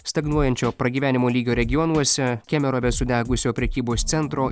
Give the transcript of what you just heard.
stagnuojančio pragyvenimo lygio regionuose kemerove sudegusio prekybos centro